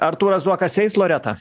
artūras zuokas eis loreta